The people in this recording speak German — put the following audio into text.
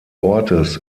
ortes